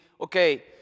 okay